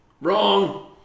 Wrong